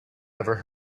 never